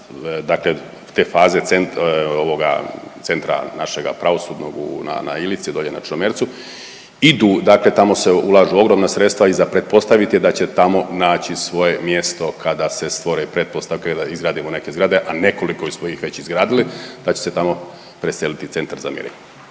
dakle te faze centra našega pravosudnog na Ilici, dole na Črnomercu idu, dakle tamo se ulažu ogromna sredstva i za pretpostaviti je da će tamo naći svoje mjesto kada se stvore pretpostavke, izgradimo neke zgrade a nekoliko smo ih već izgradili pa će se tamo preseliti Centar za mirenje.